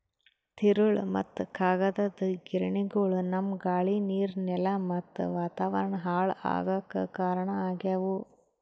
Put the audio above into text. ತಿರುಳ್ ಮತ್ತ್ ಕಾಗದದ್ ಗಿರಣಿಗೊಳು ನಮ್ಮ್ ಗಾಳಿ ನೀರ್ ನೆಲಾ ಮತ್ತ್ ವಾತಾವರಣ್ ಹಾಳ್ ಆಗಾಕ್ ಕಾರಣ್ ಆಗ್ಯವು